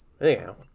Anyhow